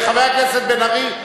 חבר הכנסת בן-ארי,